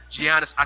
Giannis